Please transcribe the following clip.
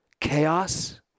Chaos